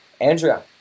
Andrea